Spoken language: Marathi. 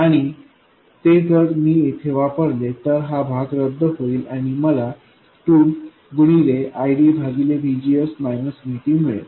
आणि ते जर मी येथे वापरले तर हा भाग रद्द होईल आणि मला 2 गुणिले IDभागिले VGS VT मिळेल